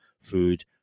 food